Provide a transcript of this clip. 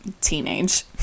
Teenage